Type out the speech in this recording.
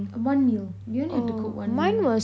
one meal we only had to cook one meal